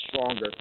stronger